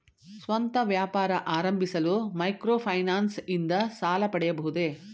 ಸ್ವಂತ ವ್ಯಾಪಾರ ಆರಂಭಿಸಲು ಮೈಕ್ರೋ ಫೈನಾನ್ಸ್ ಇಂದ ಸಾಲ ಪಡೆಯಬಹುದೇ?